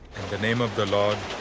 the name of the lord.